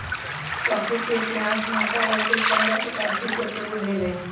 coffee के इतिहास मोटामोटी पंडह शताब्दी से शुरू भेल हइ